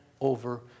over